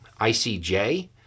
ICJ